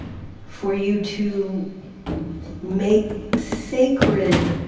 for you to make sacred